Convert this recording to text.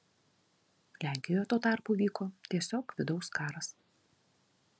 lenkijoje tuo tarpu vyko tiesiog vidaus karas